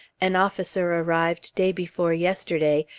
an officer arrived day before yesterday,